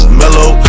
mellow